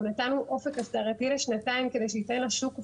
גם נתנו אופק הסדרתי לשנתיים כדי שייתן לשוק ודאות.